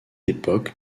époque